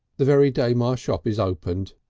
the very day my shop is opened.